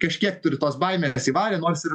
kažkiek tu ir tos baimės įvarė nors ir